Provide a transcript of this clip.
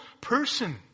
person